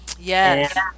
Yes